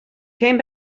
came